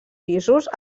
pisos